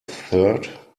third